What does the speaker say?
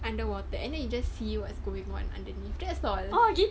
underwater and then you just see what's going on underneath that's all